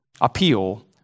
appeal